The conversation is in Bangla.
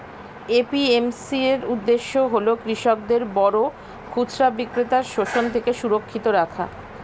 এ.পি.এম.সি এর উদ্দেশ্য হল কৃষকদের বড় খুচরা বিক্রেতার শোষণ থেকে সুরক্ষিত রাখা